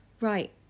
Right